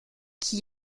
qui